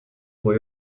pro